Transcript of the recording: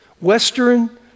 Western